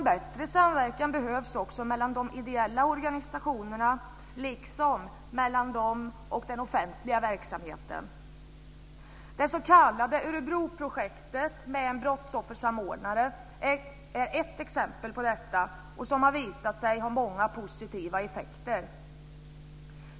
Bättre samverkan behövs också mellan de ideella organisationerna, liksom mellan dem och den offentliga verksamheten. Det s.k. Örebroprojektet med en brottsoffersamordnare är ett exempel på detta, som har visat sig ha många positiva effekter.